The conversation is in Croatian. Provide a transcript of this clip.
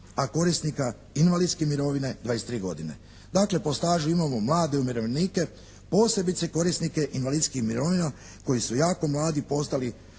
a korisnika invalidske mirovine 23 godine. Dakle po stažu imamo mlade umirovljenike posebice korisnike invalidskih mirovina koji su jako mladi postali